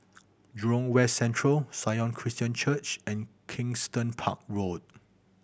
Jurong West Central Sion Christian Church and Kensington Park Road